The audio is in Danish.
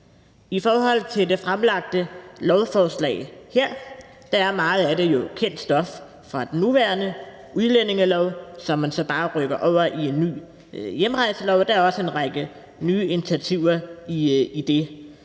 I forhold til det fremsatte lovforslag her, er meget af det jo kendt stof fra den nuværende udlændingelov, som man så bare rykker over i en ny hjemrejselov. Og der er også en række nye initiativer i det.